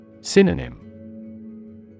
Synonym